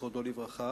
זיכרונו לברכה,